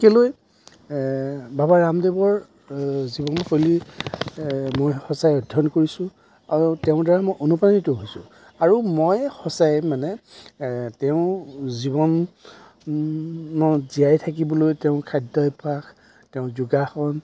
কেলৈ বাবা ৰামদেৱৰ জীৱন শৈলী মই সঁচাই অধ্যয়ন কৰিছোঁ আৰু তেওঁৰ দ্বাৰা মই অনুপ্ৰাণিত হৈছোঁ আৰু মই সঁচাই মানে তেওঁ জীৱনত জীয়াই থাকিবলৈ তেওঁৰ খাদ্যাভ্যাস তেওঁৰ যোগাসন